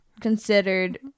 considered